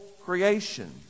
creation